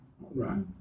right